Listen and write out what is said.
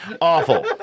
Awful